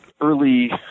early